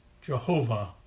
Jehovah